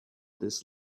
this